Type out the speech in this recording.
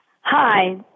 Hi